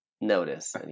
notice